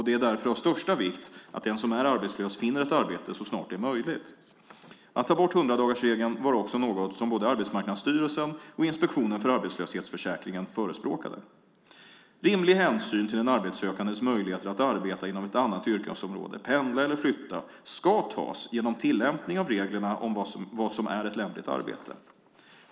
Det är därför av största vikt att den som är arbetslös finner ett arbete så snart det är möjligt. Att ta bort 100-dagarsregeln var också något som både Arbetsmarknadsstyrelsen och Inspektionen för arbetslöshetsförsäkringen förespråkade. Rimlig hänsyn till den arbetssökandes möjligheter att arbeta inom ett annat yrkesområde, pendla eller flytta ska tas genom tillämpning av reglerna om vad som är ett lämpligt arbete.